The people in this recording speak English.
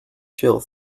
chill